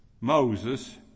Moses